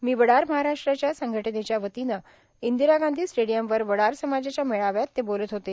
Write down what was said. मी वडार महाराष्ट्राचा संघटनेच्या वतीनं इंदिरा गांधी स्टेडियमवर वडार समाजाच्या मेळाव्यात ते बोलत होते